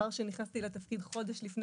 שמאחר שנכנסתי לתפקיד חודש לפני,